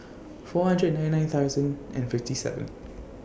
four hundred ninety nine thousand and fifty seven